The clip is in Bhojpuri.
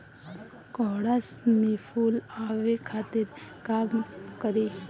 कोहड़ा में फुल आवे खातिर का करी?